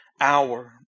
hour